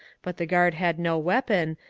but the g ard had no weapon,